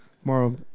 tomorrow